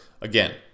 again